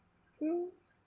so